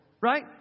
Right